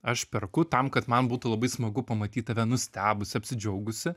aš perku tam kad man būtų labai smagu pamatyt tave nustebusį apsidžiaugusį